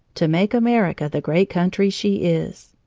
to make america the great country she is.